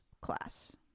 class